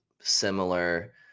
similar